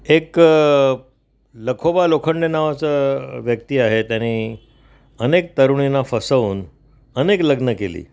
एक लखोबा लोखंडे नावाचा व्यक्ती आहे त्याने अनेक तरुणींना फसवून अनेक लग्नं केली